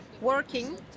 Working